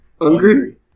Hungry